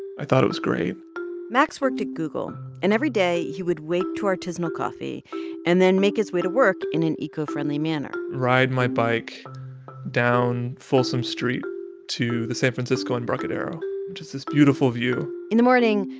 i thought it was great max worked at google. and every day, he would wake to artisanal artisanal coffee and then make his way to work in an eco-friendly manner ride my bike down folsom street to the san francisco embarcadero which is this beautiful view in the morning,